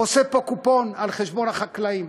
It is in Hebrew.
גוזר פה קופון על-חשבון החקלאים.